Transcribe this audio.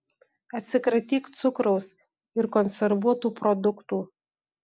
atsikratyk cukraus ir konservuotų produktų